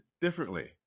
differently